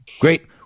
great